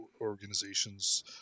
organizations